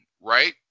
right